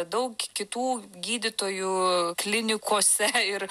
daug kitų gydytojų klinikose ir